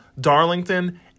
Darlington